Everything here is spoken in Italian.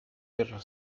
per